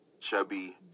Chubby